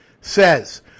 says